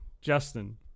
Justin